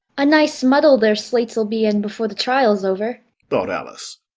a nice muddle their slates'll be in before the trial's over thought alice.